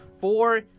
Four